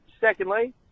secondly